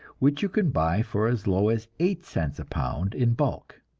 which you can buy for as low as eight cents a pound in bulk.